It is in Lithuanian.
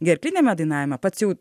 gerkliniame dainavime pats jau